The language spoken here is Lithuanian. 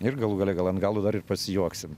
ir galų gale gal ant galo dar ir pasijuoksim